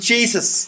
Jesus